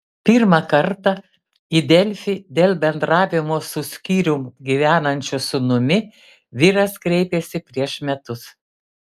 pirmą kartą į delfi dėl bendravimo su skyrium gyvenančiu sūnumi vyras kreipėsi prieš metus